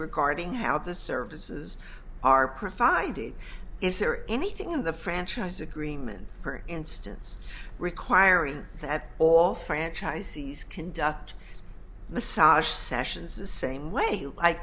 regarding how the services are provided is there anything in the franchise agreement for instance requiring that all franchisees conduct massage sessions the same way i